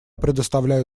предоставляю